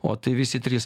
o tai visi trys